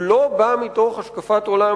הוא לא בא מתוך השקפת עולם,